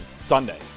Sunday